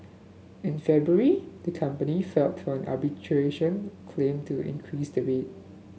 in February the company filed from arbitration claim to increase the rate